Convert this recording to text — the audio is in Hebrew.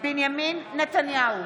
בנימין נתניהו,